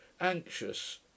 anxious